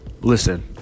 Listen